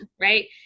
right